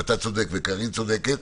ואתה צודק וקארין צודקת.